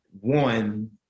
one